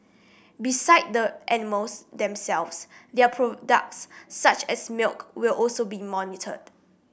beside the animals themselves their products such as milk will also be monitored